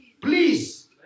please